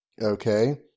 Okay